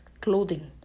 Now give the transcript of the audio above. clothing